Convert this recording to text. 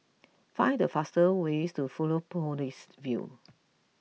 find the fastest way to Fusionopolis View